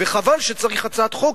וחבל שצריך הצעת חוק,